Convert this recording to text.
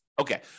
Okay